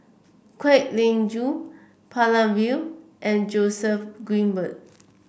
Kwek Leng Joo Palanivelu and Joseph Grimberg